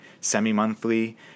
semi-monthly